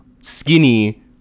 skinny